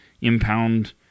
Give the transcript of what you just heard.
impound